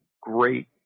great